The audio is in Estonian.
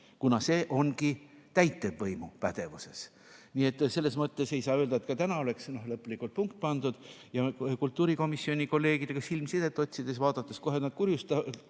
kuna see ongi täitevvõimu pädevuses. Nii et selles mõttes ei saa öelda, et ka täna oleks lõplikult punkt pandud. Kultuurikomisjoni kolleegidega silmsidet otsides (nad kohe kurjustavad,